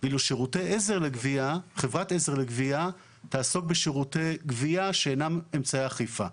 ואילו חברת עזר לגבייה תעסוק בשירותי גבייה שאינם אמצעי אכיפה.